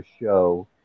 show